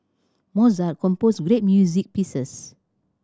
Mozart composed great music pieces